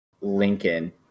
Lincoln